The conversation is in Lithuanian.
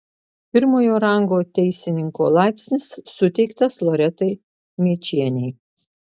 pirmojo rango teisininko laipsnis suteiktas loretai mėčienei